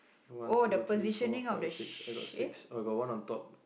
one two three four five six I got six I got one on top